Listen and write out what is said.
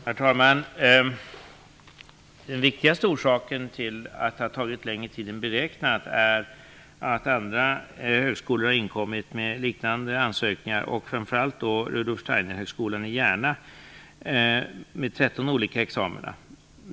Herr talman! Den viktigaste orsaken till att det tagit längre tid än beräknat är att andra högskolor inkommit med liknande ansökningar, framför allt Rudolf Steinerhögskolan i Järna, med 13 olika examina.